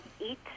eat